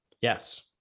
Yes